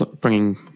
bringing